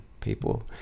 people